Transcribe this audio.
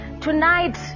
Tonight